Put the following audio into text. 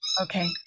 Okay